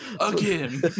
again